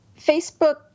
Facebook